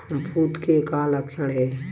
फफूंद के का लक्षण हे?